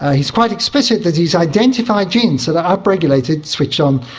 ah he is quite explicit that he has identified genes that are up-regulated, switched on,